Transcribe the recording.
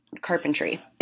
carpentry